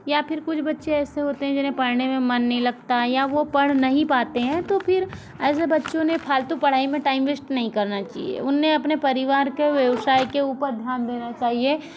या फिर कुछ बच्चे ऐसे होते हैं जिन्हें पढ़ने में मन नहीं लगता या वो पढ़ नहीं पाते हैं तो फिर ऐसे बच्चों ने फालतू पढ़ाई में टाइम वेस्ट नहीं करना चिए उन्हें अपने परिवार के व्यवसाय के उपर ध्यान देना चाहिए